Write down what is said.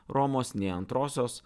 romos nei antrosios